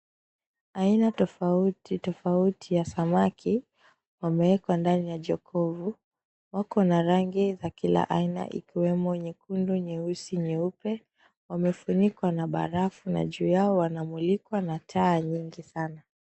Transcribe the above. Aina tofauti tofauti ya samaki, wamewekwa ndani ya jokovu. Wako na rangi za kila aina ikiwemo nyekundu, nyeusi, nyeupe. Wamefunikwa na barafu, na juu yao wanamulikwa na taa nyingi sana.